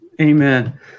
Amen